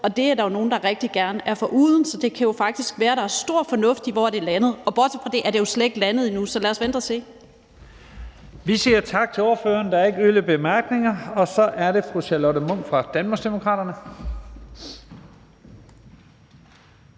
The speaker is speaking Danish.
og det er der jo nogle der rigtig gerne er foruden. Så det kan jo faktisk være, at der er stor fornuft i, hvor det er landet. Bortset fra det er det jo slet ikke landet endnu, så lad os vente og se. Kl. 12:37 Første næstformand (Leif Lahn Jensen): Vi siger tak til ordføreren. Der er ikke yderligere bemærkninger. Så er det fru Charlotte Munch fra Danmarksdemokraterne.